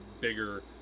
bigger